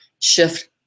shift